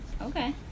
Okay